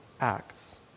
Acts